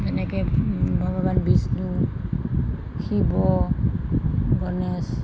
এনেকৈ ভগৱান বিষ্ণু শিৱ গণেশ